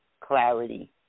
clarity